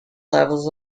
levels